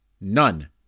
None